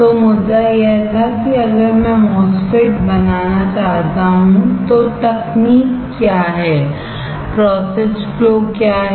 तो मुद्दा यह था कि अगर मैं MOSFET बनाना चाहता हूं तो तकनीक क्या है प्रोसेस फ्लोक्या हैं